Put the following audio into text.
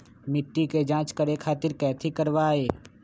मिट्टी के जाँच करे खातिर कैथी करवाई?